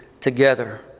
together